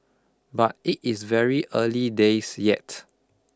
but it is very early days yet